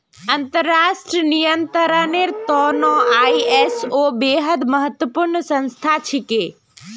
अंतर्राष्ट्रीय नियंत्रनेर त न आई.एस.ओ बेहद महत्वपूर्ण संस्था छिके